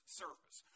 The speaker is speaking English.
surface